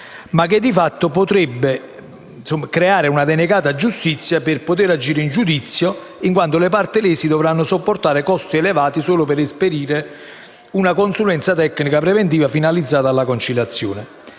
ma che di fatto potrebbe creare una denegata giustizia per poter agire in giudizio, in quanto le parti lese dovranno sopportare costi elevati solo per esperire una consulenza tecnica preventiva finalizzata alla conciliazione.